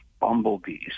bumblebees